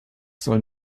soll